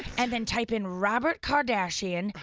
and then type in robert kardashian,